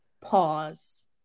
Pause